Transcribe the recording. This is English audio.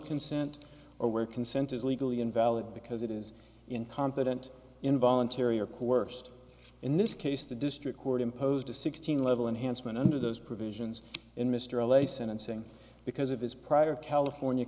consent or where consent is legally invalid because it is incompetent involuntary or coerced in this case the district court imposed a sixteen level enhancement under those provisions in mr lay sentencing because of his prior california